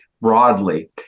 broadly